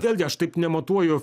vėlgi aš taip nematuoju